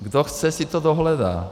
Kdo chce, si to dohledá.